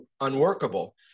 unworkable